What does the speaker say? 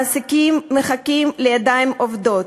מעסיקים מחכים לידיים עובדות,